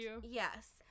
yes